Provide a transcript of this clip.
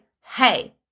hey